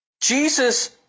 Jesus